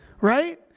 right